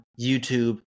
YouTube